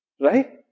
Right